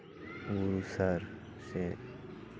ᱵᱩᱨᱩ ᱥᱟᱨ ᱥᱮ